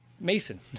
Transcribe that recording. Mason